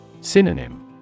Synonym